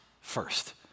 first